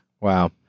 Wow